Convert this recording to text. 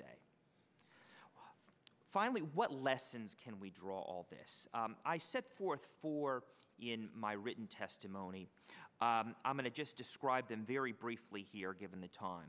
day finally what lessons can we draw all this i set forth for in my written testimony i'm going to just describe them very briefly here given the time